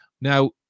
Now